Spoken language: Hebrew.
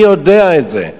אני יודע את זה.